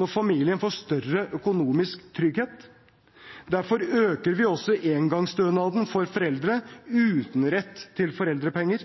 når familien får større økonomisk trygghet. Derfor øker vi også engangsstønaden for foreldre uten rett til foreldrepenger.